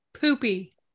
poopy